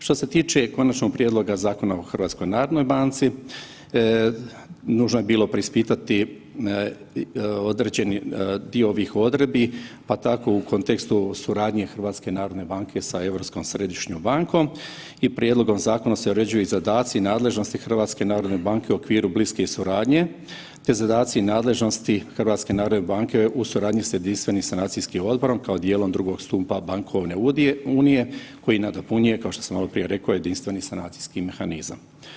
Što se tiče Konačnog prijedloga Zakona o HNB-u, nužno je bilo preispitati određeni dio ovih odredbi, pa tako u kontekstu suradnje HNB-a sa Europskom središnjom bankom i prijedlogom zakona se uređuju i zadaci i nadležnosti HNB-a u okviru bliske suradnje, te zadaci i nadležnosti HNB-a u suradnji sa jedinstvenim sanacijskim odborom kao dijelom drugog stupa bankovne unije koji nadopunjuje, kao što sam maloprije rekao, jedinstveni sanacijski mehanizam.